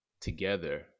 together